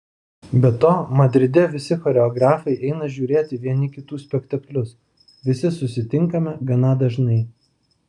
be to madride visi choreografai eina žiūrėti vieni kitų spektaklius visi susitinkame gana dažnai